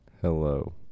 hello